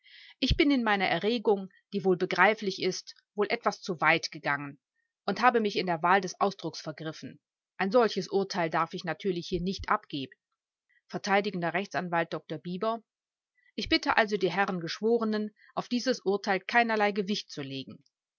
ich bin in meiner erregung die wohl begreiflich ist wohl etwas zuweit gegangen und habe mich in der wahl des ausdrucks vergriffen ein solches urteil darf ich natürlich hier nicht abgeben vert rechtsanwalt dr bieber ich bitte also die herren geschworenen auf dieses urteil keinerlei gewicht zu legen